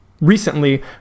recently